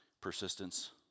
persistence